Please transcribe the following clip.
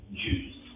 jews